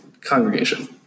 congregation